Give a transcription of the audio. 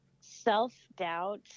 self-doubt